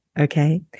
Okay